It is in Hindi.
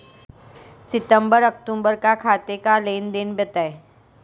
सितंबर अक्तूबर का खाते का लेनदेन बताएं